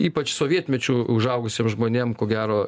ypač sovietmečiu užaugusiem žmonėm ko gero